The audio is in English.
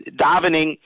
davening